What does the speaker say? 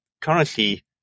currently